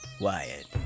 Wyatt